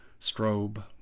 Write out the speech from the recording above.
strobe